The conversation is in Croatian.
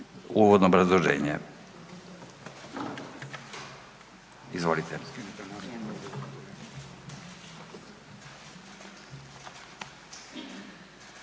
uvodno obrazloženje. Izvolite.